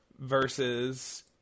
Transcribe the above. versus